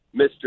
mr